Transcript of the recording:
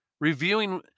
Reviewing